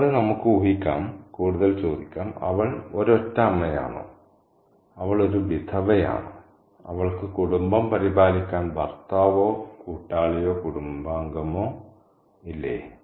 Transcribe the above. കൂടാതെ നമുക്ക് ഊഹിക്കാം കൂടുതൽ ചോദിക്കാം അവൾ ഒരൊറ്റ അമ്മയാണോ അവൾ ഒരു വിധവയാണോ അവൾക്ക് കുടുംബം പരിപാലിക്കാൻ ഭർത്താവോ കൂട്ടാളിയോ കുടുംബാംഗമോ ഇല്ലേ